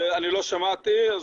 אני לא שמעתי,